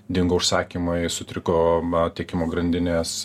dingo užsakymai sutriko tiekimo grandinės